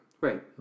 Right